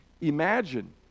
imagine